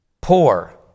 poor